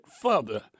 further